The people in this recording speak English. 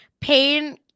pain